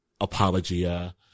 apologia